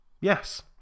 yes